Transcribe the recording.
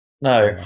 No